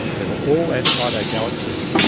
they were all outside our galaxy,